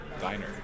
diner